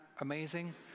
amazing